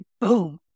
Boom